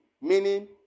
Meaning